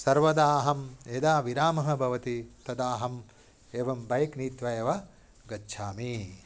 सर्वदा अहं यदा विरामः भवति तदा अहम् एवं बैक् नीत्वा एव गच्छामि